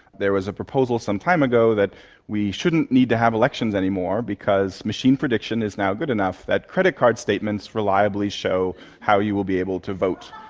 there was a proposal some time ago that we shouldn't need to have elections anymore because machine prediction is now good enough that credit card statements reliably show how you will be able to vote.